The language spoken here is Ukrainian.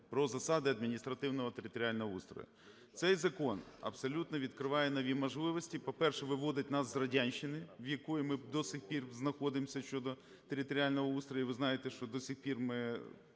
про засади адміністративного і територіального устрою. Цей закон абсолютно відкриває нові можливості. По-перше, виводить нас з радянщини, в якій ми до сих пір знаходимося щодо територіального устрою. І ви знаєте, що до сих пір ми